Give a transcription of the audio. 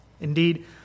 Indeed